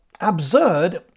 absurd